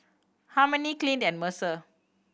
Harmony Clint and Mercer